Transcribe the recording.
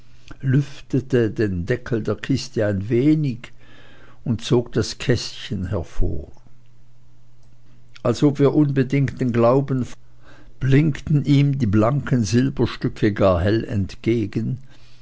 lüftete den deckel der kiste ein wenig und zog das kästchen hervor als ich es öffnete blinkten ihm die blanken silberstücke gar hell entgegen